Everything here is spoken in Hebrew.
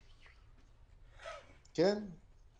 כן.